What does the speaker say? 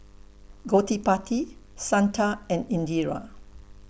Gottipati Santha and Indira